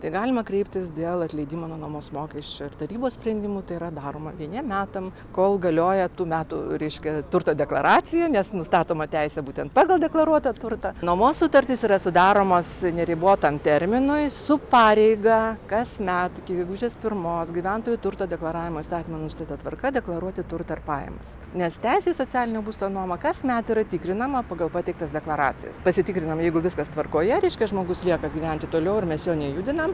tai galima kreiptis dėl atleidimo nuo nuomos mokesčio tarybos sprendimu tai yra daroma vieniem metam kol galioja tų metų reiškia turto deklaracija nes nustatoma teisė būtent pagal deklaruotą turtą nuomos sutartys yra sudaromos neribotam terminui su pareiga kasmet iki gegužės pirmos gyventojų turto deklaravimo įstatymo nustatyta tvarka deklaruoti turtą ir pajamas nes teisė į socialinio būsto nuomą kasmet yra tikrinama pagal pateiktas deklaracijas pasitikrinam jeigu viskas tvarkoje reiškia žmogus lieka gyventi toliau ir mes jo nejudinam